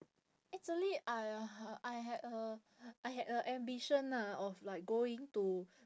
actually I I had a I had a ambition lah of like going to